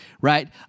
right